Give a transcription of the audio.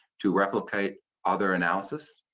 to replicate other analysis,